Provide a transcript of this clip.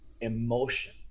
emotion